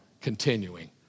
continuing